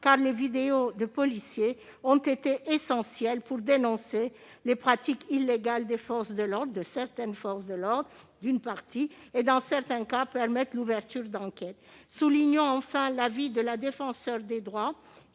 car les vidéos de policiers ont été essentielles pour dénoncer les pratiques illégales de certains membres des forces de l'ordre et, dans certains cas, permettre l'ouverture d'enquêtes. Soulignons enfin l'avis de la Défenseure des droits,